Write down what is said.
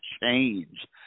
change